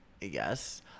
yes